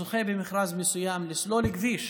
זוכה במכרז מסוים לסלול כביש,